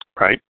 Right